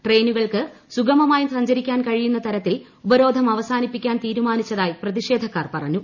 ട്രെയിനുകൾക്ക് സുഗമമായി സഞ്ചരിക്കാൻ കഴിയുന്ന തരത്തിൽ ഉപരോധം അവസാനിപ്പിക്കാൻ തീരുമാനിച്ചതായി പ്രതിഷേധക്കാർ പറഞ്ഞു